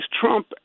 Trump